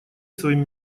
своим